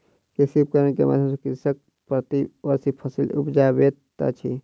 कृषि उपकरण के माध्यम सॅ कृषक प्रति वर्ष फसिल उपजाबैत अछि